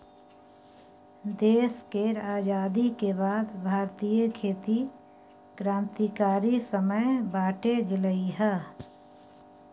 देश केर आजादी के बाद भारतीय खेती क्रांतिकारी समय बाटे गेलइ हँ